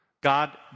God